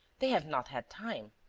they have not had time.